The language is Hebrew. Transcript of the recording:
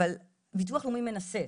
אבל ביטוח לאומי מנסה.